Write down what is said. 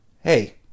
hey